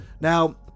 Now